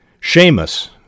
Seamus